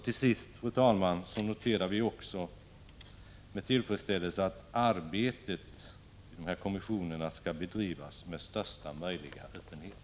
Till sist noterar vi med tillfredsställelse att arbetet i kommissionerna skall bedrivas med största möjliga öppenhet.